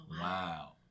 Wow